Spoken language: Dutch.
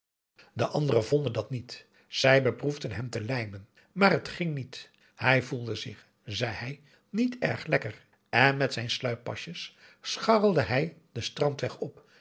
de anderen vonden dat niet zij beproefden hem te lijmen maar het ging niet hij voelde zich zei hij niet erg lekker en met zijn sluippasjes scharrelde hij den strandweg op